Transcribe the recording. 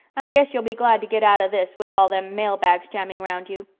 guess you'll be glad to git out of this, with all them mail bags jamming round you.